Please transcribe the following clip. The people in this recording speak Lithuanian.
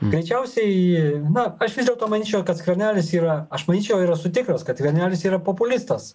greičiausiai na aš vis dėlto manyčiau kad skvernelis yra aš manyčiau ir esu tikras kad skvernelis yra populistas